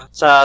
sa